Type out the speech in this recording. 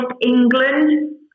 England